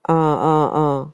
ah ah ah